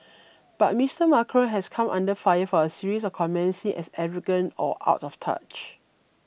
but Mister Macron has come under fire for a series of comments seen as arrogant or out of touch